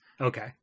Okay